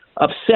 upset